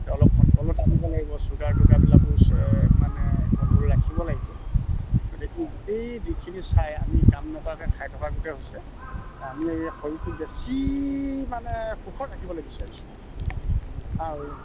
অলপ কণ্ট্ৰলত আনিব লাগিব চুগাৰ টুগাৰবিলাকো চে মানে কণ্ট্ৰল ৰাখিব লাগিব গতিকে এই গোটেই যিখিনি চাই আমি কাম নকৰাকৈ খাই থকা গোটেই হৈছে আমি এই শৰীৰটো বেছি মানে সুখত ৰাখিবলৈ বিচাৰিছোঁ আৰু